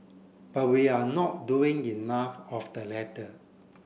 but we are not doing enough of the letter